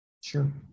Sure